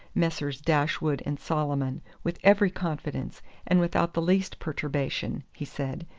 messrs. dashwood and solomon, with every confidence and without the least perturbation, he said.